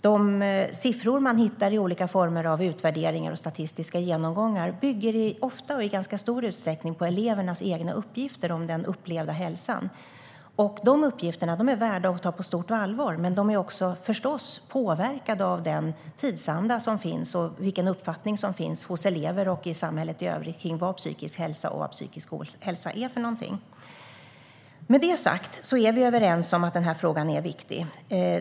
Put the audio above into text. De siffror som man hittar i olika former av utvärderingar och statistiska genomgångar bygger ofta och i ganska stor utsträckning på elevernas egna uppgifter om den upplevda hälsan. Dessa uppgifter är värda att ta på stort allvar, men de är förstås också påverkade av den tidsanda som finns och vilken uppfattning som finns hos elever och i samhället i övrigt om vad psykisk hälsa och psykisk ohälsa är för någonting. Med detta sagt är vi överens om att denna fråga är viktig.